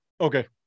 Okay